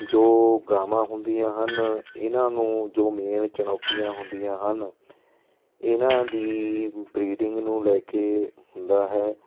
ਜੋ ਗਾਵਾਂ ਹੁੰਦੀਆਂ ਹਨ ਇਹਨਾਂ ਨੂੰ ਜੋ ਮੇਨ ਚੁਣੌਤੀਆਂ ਹੁੰਦੀਆਂ ਹਨ ਇਹਨਾਂ ਦੀ ਬਰੀਡਿੰਗ ਨੂੰ ਲੈ ਕੇ ਹੁੰਦਾ ਹੈ